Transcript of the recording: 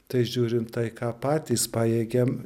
tai žiūrim tai ką patys pajėgiam